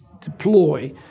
deploy